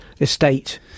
estate